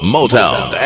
Motown